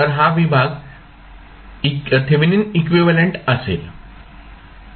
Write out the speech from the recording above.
तर हा विभाग थेवेनिन इक्विव्हॅलेंट असेल